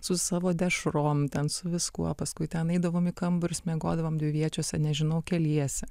su savo dešrom ten su viskuo paskui ten eidavom į kambarius miegodavom dviviečiuose nežinau keliese